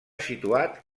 situat